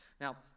Now